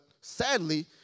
sadly